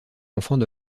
enfants